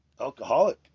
alcoholic